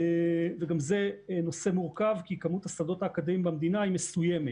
וגם זה נושא מורכב כי מספר השדות האקדמיים במדינה הוא מסוים,